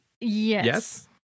Yes